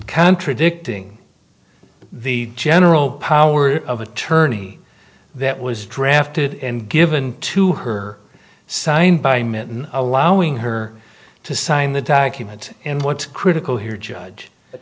contradicting the general power of attorney that was drafted and given to her signed by mitten allowing her to sign the document and what's critical here judge